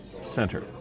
Center